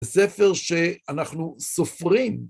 ספר שאנחנו סופרים.